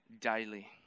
daily